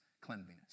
cleanliness